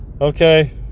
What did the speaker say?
Okay